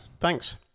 Thanks